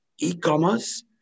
e-commerce